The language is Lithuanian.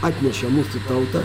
atnešė mūsų tautą